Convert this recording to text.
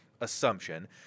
assumption